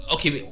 Okay